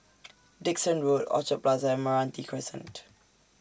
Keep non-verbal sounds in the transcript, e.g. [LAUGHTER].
[NOISE] Dickson Road Orchard Plaza and Meranti Crescent